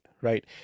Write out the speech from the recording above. right